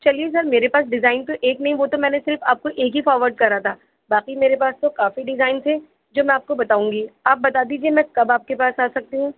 چلیے سر میرے پاس ڈیزائن تو ایک نہیں وہ تو میں نے صرف آپ کو ایک ہی فارورڈ کرا تھا باقی میرے پاس تو کافی ڈیزائنس ہے جو میں آپ کو بتاؤں گی آپ بتا دیجیے میں کب آپ کے پاس آ سکتی ہوں